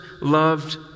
loved